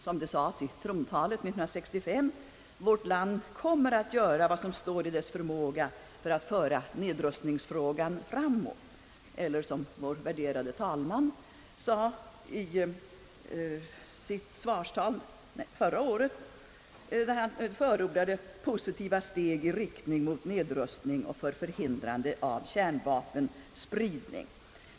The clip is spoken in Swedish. Som det sades i trontalet 1965 kommer vårt land att göra vad som står i dess förmåga för att föra nedrustningsfrågan framåt. I vår värderade talmans svarstal förra året förordades ju också positiva steg i riktning mot nedrustning och till förhindrande av kärnvapenspridning.